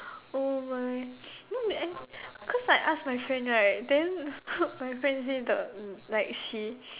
oh my know my cause I ask my friend right then my friend say the like she